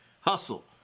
hustle